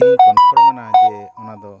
ᱤᱧ ᱠᱚᱱᱯᱷᱟᱨᱢᱮᱱᱟ ᱡᱮ ᱚᱱᱟ ᱫᱚ